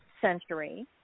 century